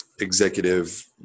executive